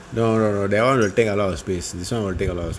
no no no that one will take a lot of space this one will take a lot of space